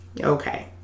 Okay